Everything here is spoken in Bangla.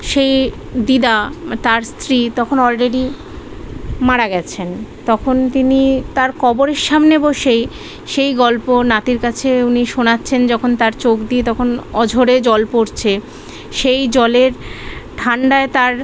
সেই দিদা তার স্ত্রী তখন অলরেডি মারা গেছেন তখন তিনি তার কবরের সামনে বসেই সেই গল্প নাতির কাছে উনি শোনাচ্ছেন যখন তার চোখ দিয়ে তখন অঝরে জল পড়ছে সেই জলের ঠান্ডায় তার